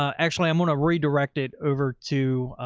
um actually. i'm going to redirect it over to,